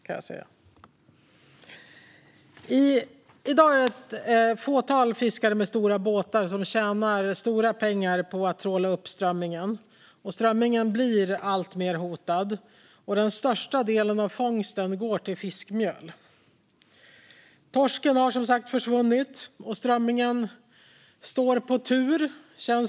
I dag tjänar ett fåtal fiskare med stora båtar stora pengar på att tråla upp strömmingen. Strömmingen hotas alltmer. Den största delen av fångsten går till fiskmjöl. Torsken har som sagt försvunnit, och det känns som om strömmingen står på tur.